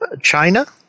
China